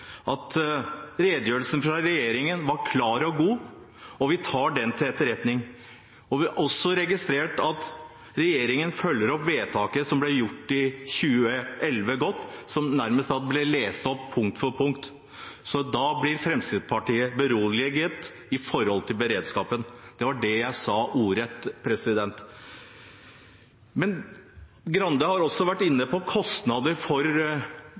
at redegjørelsen fra regjeringen var klar og god, og vi tar den til etterretning. Vi har også registrert at regjeringen følger opp vedtaket som ble gjort i 2011 godt, som nærmest ble lest opp punkt for punkt. Da ble Fremskrittspartiet beroliget vedrørende beredskapen. Det var det jeg sa ordrett. Grande har også vært inne på kostnaden for